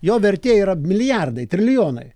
jo vertė yra milijardai trilijonai